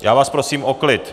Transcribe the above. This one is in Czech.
Já vás prosím o klid.